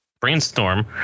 Brainstorm